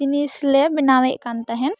ᱡᱤᱱᱤᱥ ᱞᱮ ᱵᱮᱱᱟᱣ ᱮᱫ ᱠᱟᱱ ᱛᱟᱦᱮᱱ